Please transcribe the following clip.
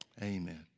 Amen